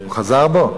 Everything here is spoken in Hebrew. הוא חזר בו?